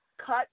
cut